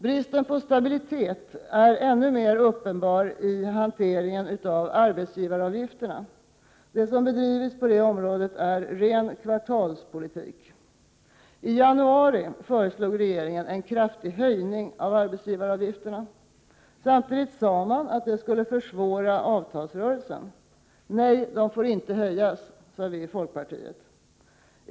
Bristen på stabilitet är än mer uppenbar i hanteringen av arbetsgivaravgifterna. Det som har bedrivits på detta område är ren kvartalspolitik. I januari föreslog regeringen en kraftig höjning av arbetsgivaravgifterna. Samtidigt sade man att det skulle försvåra avtalsrörelsen. Nej, de får inte höjas, sade vi i folkpartiet.